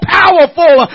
powerful